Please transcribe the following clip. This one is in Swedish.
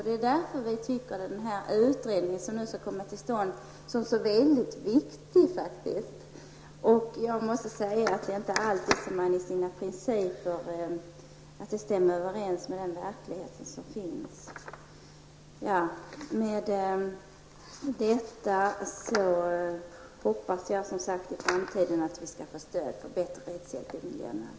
Det är därför vi tycker att den utredning som skall komma till stånd är så viktig. Det är inte alltid som principerna stämmer överens med verkligheten. Jag hoppas att vi i framtiden skall få stöd för bättre rättshjälp i miljömål.